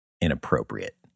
inappropriate